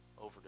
over